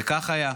וכך היה.